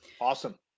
Awesome